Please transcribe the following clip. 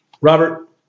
Robert